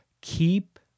Keep